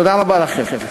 תודה רבה לכם.